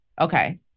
Okay